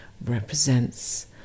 represents